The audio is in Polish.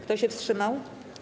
Kto się wstrzymał?